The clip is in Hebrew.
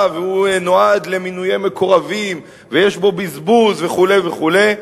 והוא נועד למינויי מקורבים ויש בו בזבוז וכו' וכו'.